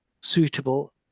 suitable